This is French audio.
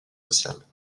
sociales